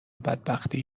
بدبختی